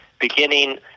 Beginning